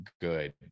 good